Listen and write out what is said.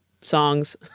Songs